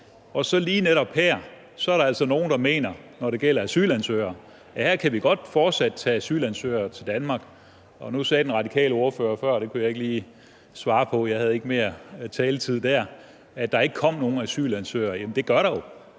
Og så lige netop her er der altså nogle, der mener – når det gælder asylansøgere – at vi godt fortsat kan tage asylansøgere til Danmark. Nu sagde den radikale ordfører før, og det kunne jeg ikke lige svare på, for jeg havde ikke mere taletid der, at der ikke kommer nogen asylansøgere. Men det gør der jo.